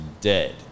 dead